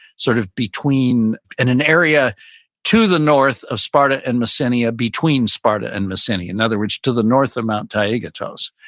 sort of between an an area to the north of sparta and messenia, between sparta and messenia. in other words, to the north of mt. taygetus,